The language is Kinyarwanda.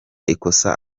ikosa